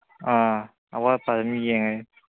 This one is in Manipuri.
ꯑ ꯑꯋꯥꯠ ꯑꯄꯥ ꯑꯗꯨ ꯌꯦꯡꯉꯦ